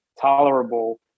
tolerable